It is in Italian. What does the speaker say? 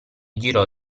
girò